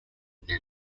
near